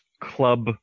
club